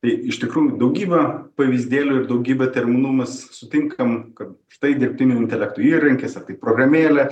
iš tikrųjų daugybė pavyzdėlių ir daugybė terminų mes sutinkam kad štai dirbtinio intelekto įrankis ar tai programėlė